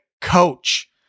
coach